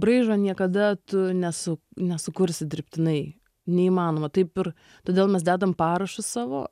braižo niekada tu nesu nesukursi dirbtinai neįmanoma taip ir todėl mes dedam parašus savo